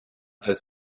als